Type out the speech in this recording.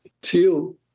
till